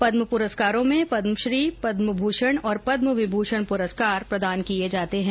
पद्म पुरस्कारों में पद्मश्री पद्मभूषण और पद्मविभूषण पुरस्कार प्रदान किए जाते हैं